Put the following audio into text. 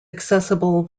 accessible